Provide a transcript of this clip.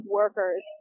workers